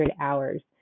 hours